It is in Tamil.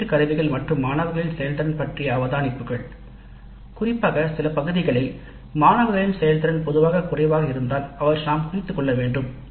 மதிப்பீட்டு கருவிகள் மற்றும் மாணவர்களின் செயல்திறன் பற்றிய அவதானிப்புகள் குறிப்பாக சில பகுதிகளில் மாணவர்களின் செயல்திறன் குறைவாக இருந்தால் அவற்றை நாம் குறித்துக்கொள்ள வேண்டும்